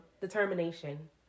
Determination